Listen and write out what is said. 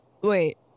Wait